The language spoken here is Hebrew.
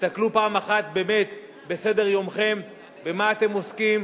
תסתכלו פעם אחת באמת בסדר-יומכם, ובמה אתם עוסקים,